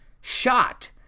shot